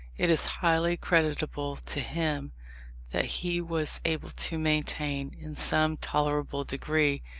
it is highly creditable to him that he was able to maintain, in some tolerable degree,